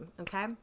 okay